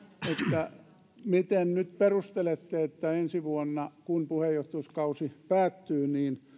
miten nyt perustelette että ensi vuonna kun puheenjohtajuuskausi päättyy